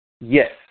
Yes